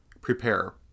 Prepare